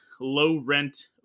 low-rent